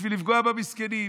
בשביל לפגוע במסכנים.